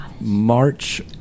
March